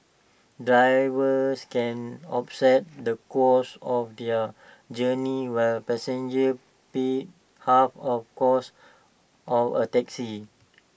drivers can offset the costs of their journey while passengers pay half of cost of A taxi